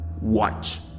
Watch